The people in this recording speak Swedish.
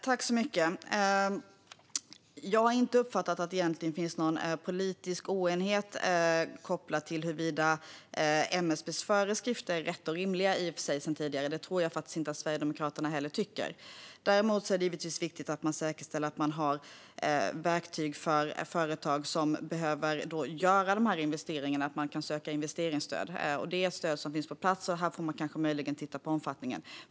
Herr talman! Jag har inte uppfattat att det finns någon politisk oenighet sedan tidigare kopplad till huruvida MSB:s föreskrifter är rätta och rimliga. Det tror jag inte att Sverigedemokraterna heller tycker. Däremot är det givetvis viktigt att säkerställa att företag som behöver göra de här investeringarna har verktyg för att söka investeringsstöd. Det är ett stöd som finns på plats; man får möjligen titta på omfattningen.